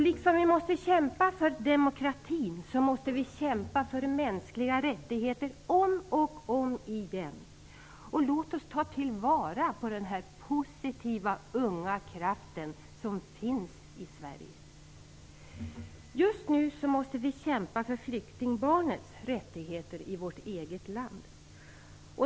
Liksom vi måste kämpa för demokratin, måste vi kämpa för mänskliga rättigheter om och om igen. Låt oss ta till vara den positiva unga kraft som finns i Sverige. Just nu måste vi kämpa för flyktingbarnets rättigheter i vårt eget land.